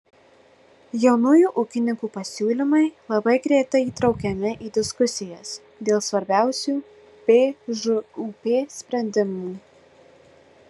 jaunųjų ūkininkų pasiūlymai labai greitai įtraukiami į diskusijas dėl svarbiausių bžūp sprendimų